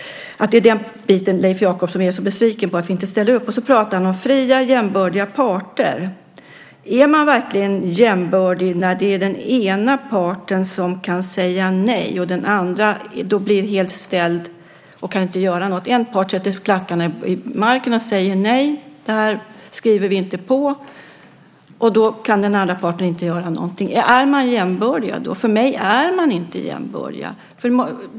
Det är väl det som Leif Jakobsson är så besviken på. Sedan pratar han om fria jämbördiga parter. Är man verkligen jämbördig när den ena parten kan säga nej och den andra blir helt ställd och inte kan göra något? En part sätter klackarna i marken och säger: Nej, det här skriver vi inte på. Då kan den andra parten inte göra någonting. Är de då jämbördiga? För mig är man inte jämbördig.